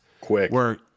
Quick